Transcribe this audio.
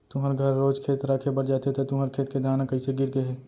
तुँहर घर रोज खेत राखे बर जाथे त तुँहर खेत के धान ह कइसे गिर गे हे?